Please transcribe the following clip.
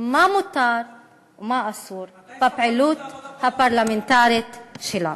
מה מותר ומה אסור בפעילות הפרלמנטרית שלנו.